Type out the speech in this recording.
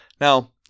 Now